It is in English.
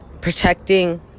protecting